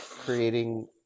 creating